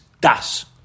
Das